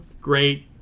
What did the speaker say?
great